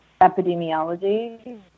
epidemiology